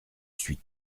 suis